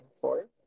four